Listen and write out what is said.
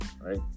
right